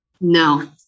no